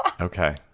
Okay